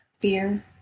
beer